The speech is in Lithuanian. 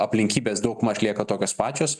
aplinkybės daugmaž lieka tokios pačios